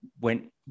went